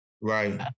Right